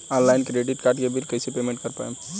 Online credit card के bill कइसे payment कर पाएम?